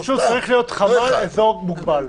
פשוט צריך להיות חמ"ל אזור מוגבל.